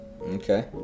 Okay